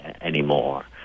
anymore